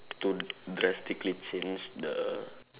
to drastically change the